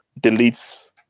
deletes